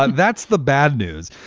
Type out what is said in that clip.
but that's the bad news.